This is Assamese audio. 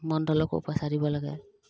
মণ্ডলকো পইচা দিব লাগে